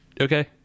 okay